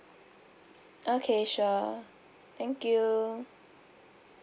okay sure thank you